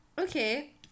okay